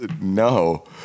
No